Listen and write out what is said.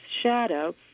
shadow